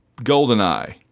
GoldenEye